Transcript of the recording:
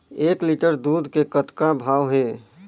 एक लिटर दूध के कतका भाव हे?